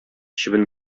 чебен